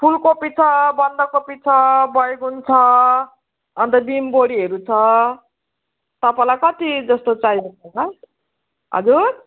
फुलकोपी छ बन्दकोपी छ बैगुन छ अन्त बिमबोडीहरू छ तपाईँलाई कतिजस्तो चाहिएको होला हजुर